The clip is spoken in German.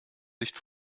licht